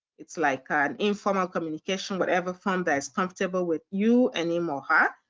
it's like ah an informal communication, whatever form that is comfortable with you and him or her.